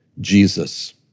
Jesus